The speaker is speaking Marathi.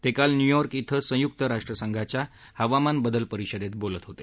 ते काल न्यूयॉर्क कें संयुक्त राष्ट्रसंघाच्या हवामान बदल परिषदेत बोलत होते